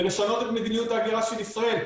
ולשנות את מידניות ההגירה של ישראל,